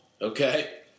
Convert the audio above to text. Okay